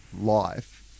life